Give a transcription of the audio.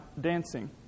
dancing